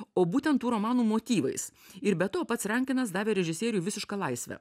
o būtent tų romanų motyvais ir be to pats rankinas davė režisieriui visišką laisvę